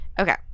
Okay